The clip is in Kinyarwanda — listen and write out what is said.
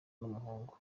n’umuhungu